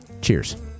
Cheers